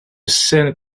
scènes